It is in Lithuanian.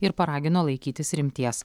ir paragino laikytis rimties